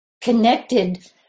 connected